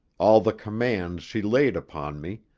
all the commands she laid upon me,